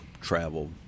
travel